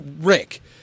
Rick